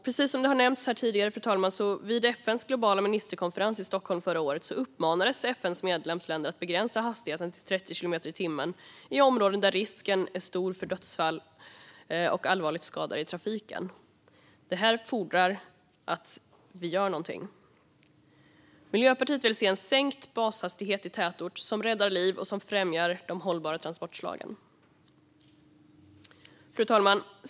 Precis som nämnts här tidigare uppmanades FN:s medlemsländer vid FN:s globala ministerkonferens i Stockholm förra året att begränsa hastigheten till 30 kilometer i timmen i områden där risken är stor för dödsfall och allvarligt skadade i trafiken. Det här fordrar att vi gör någonting. Miljöpartiet vill se en sänkt bashastighet i tätort. Det räddar liv och främjar de hållbara transportslagen. Fru talman!